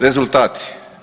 Rezultati.